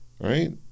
Right